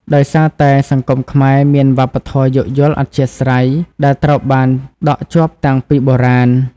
ដោយសារតែសង្គមខ្មែរមានវប្បធម៌យោគយល់អធ្យាស្រ័យដែលត្រូវបានដក់ជាប់តាំងពីបុរាណ។